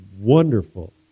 wonderful